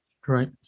Great